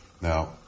now